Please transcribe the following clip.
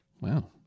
Wow